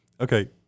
okay